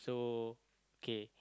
so okay